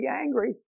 angry